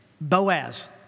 Boaz